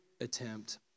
attempt